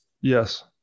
yes